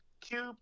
Cube